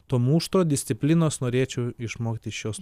to mušto disciplinos norėčiau išmokti iš šios